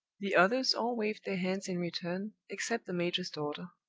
the others all waved their hands in return except the major's daughter,